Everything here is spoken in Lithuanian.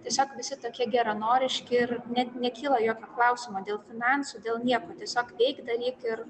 tiesiog visi tokie geranoriški ir net nekyla jokio klausimo dėl finansų dėl nieko tiesiog veik daryk ir